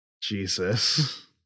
Jesus